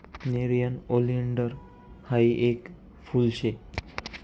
nerium oleander हायी येक फुल शे